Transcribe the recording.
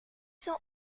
cent